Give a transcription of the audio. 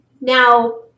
Now